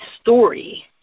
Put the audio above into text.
story